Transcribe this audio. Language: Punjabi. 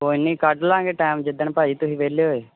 ਕੋਈ ਨਹੀਂ ਕੱਢ ਲਵਾਂਗੇ ਟਾਈਮ ਜਿੱਦਣ ਭਾਈ ਤੁਸੀਂ ਵਿਹਲੇ ਹੋਏ